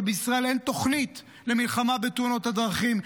אבל בישראל אין תוכנית למלחמה בתאונות הדרכים.